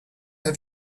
have